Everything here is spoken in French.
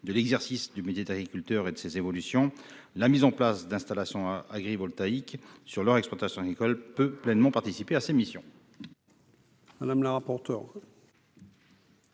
de l'exercice du métier d'agriculteur et aux évolutions de celui-ci. La mise en place d'installations agrivoltaïques sur leurs exploitations agricoles peut pleinement participer à ces missions.